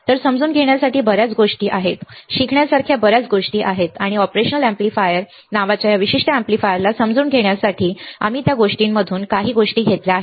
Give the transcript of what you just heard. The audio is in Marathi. तर समजून घेण्यासाठी बर्याच गोष्टी आहेत शिकण्यासारख्या बर्याच गोष्टी आहेत आणि ऑपरेशनल एम्पलीफायर नावाच्या या विशिष्ट एम्पलीफायरला समजून घेण्यासाठी आम्ही त्या गोष्टीमधून काही गोष्टी घेतल्या आहेत